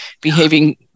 behaving